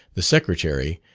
the secretary,